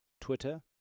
twitter